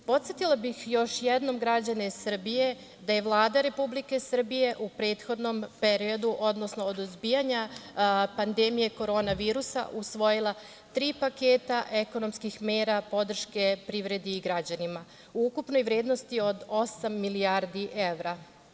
Podsetila bih još jednom građane Srbije da je Vlada Republike Srbije u prethodnom periodu, odnosno od izbijanja pandemije korona virusa usvojila tri paketa ekonomskih mera podrške privredi i građanima u ukupnoj vrednosti od osam milijardi evra.